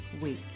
week